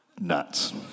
nuts